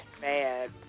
bad